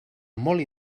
molt